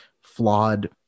flawed